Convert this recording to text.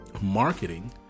marketing